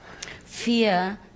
fear